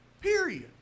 Period